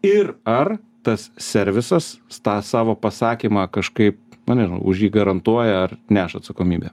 ir ar tas servisas stą savo pasakymą kažkaip na nežinau už jį garantuoja ar neša atsakomybę